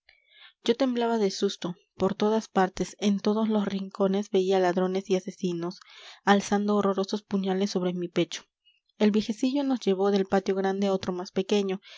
yo temblaba de susto por todas partes en todos los rincones veía ladrones y asesinos alzando horrorosos puñales sobre mi pecho el viejecillo nos llevó del patio grande a otro más pequeño